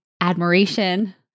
admiration